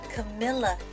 Camilla